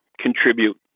contribute